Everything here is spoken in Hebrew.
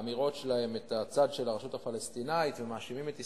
באמירות שלהם את הצד של הרשות הפלסטינית ומאשימים את ישראל,